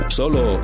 solo